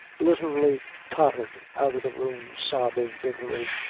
literally tottered out of the room, sobbing bitterly,